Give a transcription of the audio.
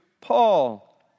Paul